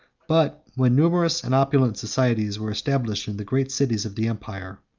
but when numerous and opulent societies were established in the great cities of the empire,